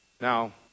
Now